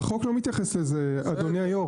החוק לא מתייחס לזה, אדוני היושב-ראש.